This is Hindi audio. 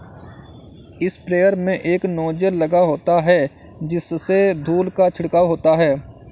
स्प्रेयर में एक नोजल लगा होता है जिससे धूल का छिड़काव होता है